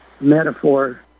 metaphor